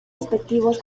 respectivos